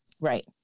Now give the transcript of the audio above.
right